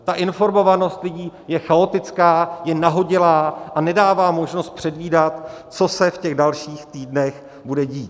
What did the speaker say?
Ta informovanost lidí je chaotická, je nahodilá a nedává možnost předvídat, co se v těch dalších týdnech bude dít.